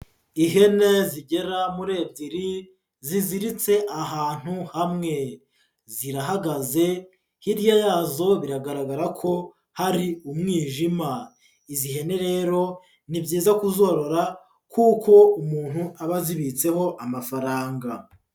Ihene zigera muri ebyiri ziziritse ahantu hamwe, zirahagaze hirya yazo biragaragara ko hari umwijima. Izi hene rero, ni byiza kuzorora kuko umuntu aba azibitseho amafaranga.